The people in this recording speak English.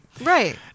Right